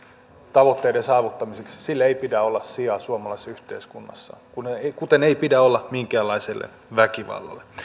tavoitteiden saavuttamiseksi pidä olla sijaa suomalaisessa yhteiskunnassa kuten ei pidä olla minkäänlaiselle väkivallalle